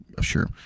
sure